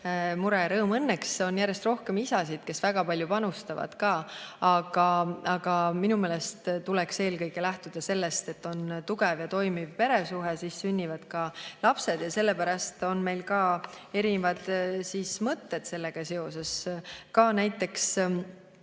mure ja rõõm. Õnneks on järjest rohkem isasid, kes ka väga palju panustavad, aga minu meelest tuleks eelkõige lähtuda sellest, et on tugev ja toimiv peresuhe. Siis sünnivad ka lapsed. Sellepärast on meil ka erinevaid mõtteid sellega seoses. Näiteks